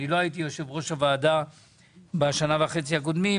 לא הייתי יושב ראש הוועדה בשנה וחצי האחרונות